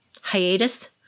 hiatus